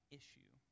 issue